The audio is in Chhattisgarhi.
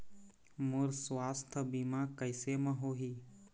मोर सुवास्थ बीमा कैसे म होही?